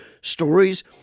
stories